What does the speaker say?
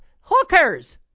hookers